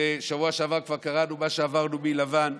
בשבוע שעבר כבר קראנו מה שעברנו מלבן,